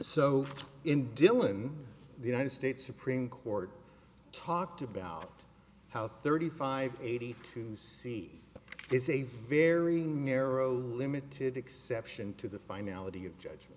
so in dillon the united states supreme court talked about how thirty five eighty two see is a very narrow limited exception to the finality of judge